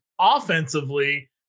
offensively